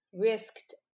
risked